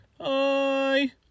Hi